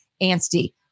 anstey